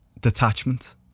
detachment